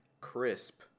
crisp